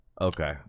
okay